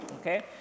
Okay